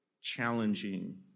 challenging